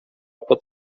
pod